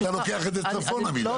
אתה לוקח את זה צפונה מזה.